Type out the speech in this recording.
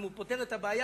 אם הוא פותר את הבעיה,